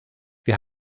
wir